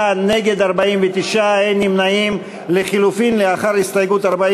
ההסתייגות לחלופין של קבוצת סיעת מרצ,